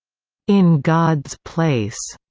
in god's place,